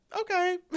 okay